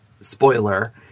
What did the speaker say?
spoiler